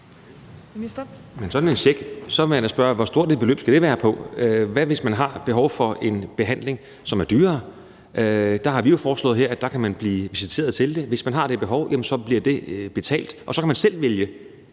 Heunicke): Så vil jeg da spørge: Hvor stort skal beløbet på sådan en check være? Hvad hvis man har behov for en behandling, som er dyrere? Der har vi jo her foreslået, at man kan blive visiteret til det. Hvis man har det behov, så bliver det betalt, og så kan man selv vælge